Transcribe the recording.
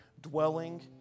dwelling